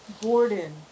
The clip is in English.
Gordon